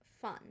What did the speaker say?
fun